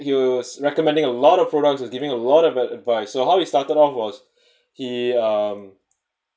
he was recommending a lot of products and giving a lot of advice so how he started off was he um